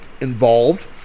involved